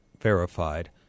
verified